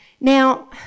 now